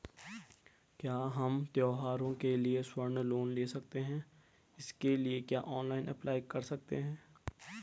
क्या हम त्यौहारों के लिए स्वर्ण लोन ले सकते हैं इसके लिए क्या ऑनलाइन अप्लाई कर सकते हैं?